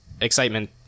excitement